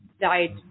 died